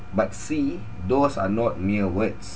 but see those are not mere words